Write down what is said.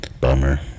Bummer